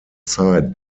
zeit